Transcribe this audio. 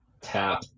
tap